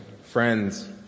friends